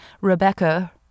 Rebecca